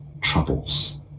troubles